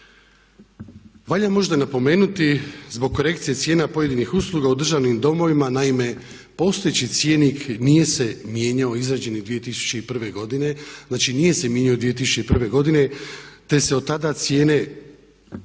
Valja možda napomenuti zbog korekcije cijena pojedinih usluga u državnim domovima. Naime, postojeći cjenik nije se mijenjao, izrađen je 2001. godine, znači nije se mijenjao 2001. godine te se od tada cijene